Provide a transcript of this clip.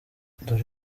dore